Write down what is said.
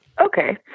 Okay